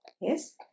Yes